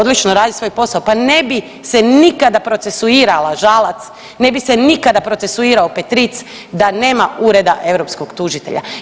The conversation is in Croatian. Odlično radi svoj posao, pa ne bi se nikada procesuirala Žalac, ne bi se nikada procesuirao Petric da nema Ureda europskog tužitelja.